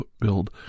build